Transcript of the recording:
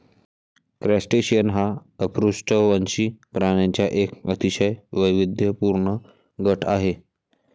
crustacean हा अपृष्ठवंशी प्राण्यांचा एक अतिशय वैविध्यपूर्ण गट आहे